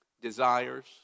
desires